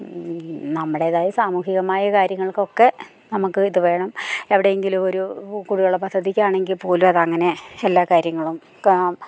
നമ്മുടേതായ സാമൂഹികമായ കാര്യങ്ങൾക്കൊക്കെ നമുക്ക് ഇത് വേണം എവിടെയെങ്കിലും ഒരു കുടിവെള്ളം പദ്ധതിക്കാണെങ്കിൽ പോലും അതങ്ങനെ എല്ലാ കാര്യങ്ങളും